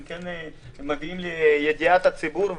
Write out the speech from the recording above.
כן מביאים לידיעת הציבור,